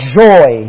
joy